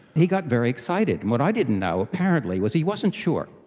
he got very excited. and what i didn't know apparently was he wasn't sure,